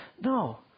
No